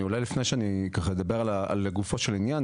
לפני שאני אדבר לגופו של עניין,